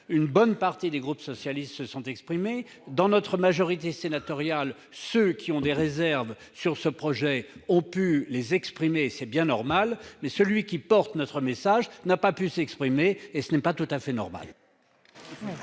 Une bonne partie des membres du groupe socialiste et républicain s'est exprimée. Dans notre majorité sénatoriale, ceux qui ont des réserves sur ce projet ont pu les exprimer, c'est bien normal, mais celui qui porte notre message n'a pas pu s'exprimer et ce n'est pas tout à fait normal.